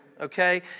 okay